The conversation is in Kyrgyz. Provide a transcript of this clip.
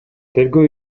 тергөө